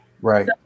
Right